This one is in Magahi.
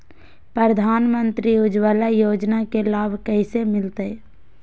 प्रधानमंत्री उज्वला योजना के लाभ कैसे मैलतैय?